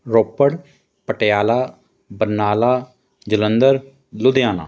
Ropar Patiala Barnala Jalandhar Ludhiana